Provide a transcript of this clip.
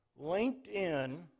LinkedIn